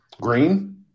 Green